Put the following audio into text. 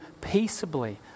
peaceably